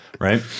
right